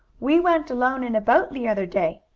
we went alone in a boat the other day,